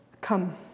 Come